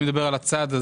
אני מדבר על הצעד הזה.